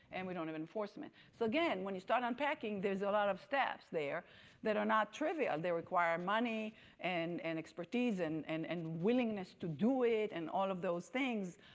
and we don't have enforcement. so again, when you start unpacking, there's a lot of steps there that are not trivial. they require money and and expertise and and willingness to do it and all of those things.